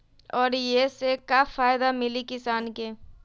और ये से का फायदा मिली किसान के?